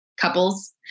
couples